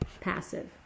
passive